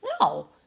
No